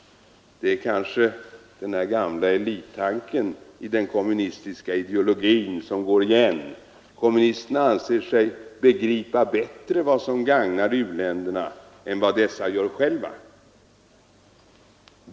Det är kanske den gamla elittanken i den kommunistiska ideologin som går igen — kommunisterna anser sig bättre begripa vad som gagnar u-länderna än vad dessa själva gör.